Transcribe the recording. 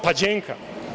Pa, Đenka.